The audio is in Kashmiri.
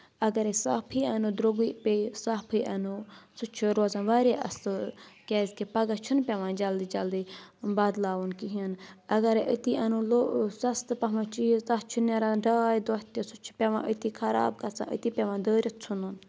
اگرَے صافٕے اَنو درٛوگُے پیٚیہِ صافٕے اَنو سُہ چھُ روزان واریاہ اَصٕل کیٛازِ کہِ پَگہہ چھُنہٕ پیٚوان جلدٕے جلدٕے بَدلاوُن کِہیٖنۍ اگرے أتی اَنو سَستہٕ پَہَم چیٖز تَتھ چھُ نہٕ نیران ڈاے دۄہ تہِ سُہ چھُ پیٚوان أتی خراب گژھان أتی پیٚوان دٲرِتھ ژھُن